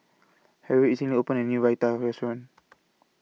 Harriett recently opened A New Raita Restaurant